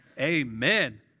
Amen